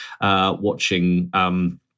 watching